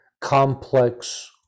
complex